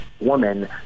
woman